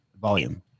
volume